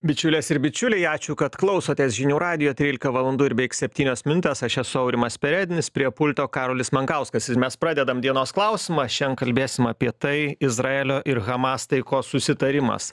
bičiulės ir bičiuliai ačiū kad klausotės žinių radijo trylika valandų ir beik septynios minutės aš esu aurimas perednis prie pulto karolis mankauskas ir mes pradedam dienos klausimą šian kalbėsim apie tai izraelio ir hamas taikos susitarimas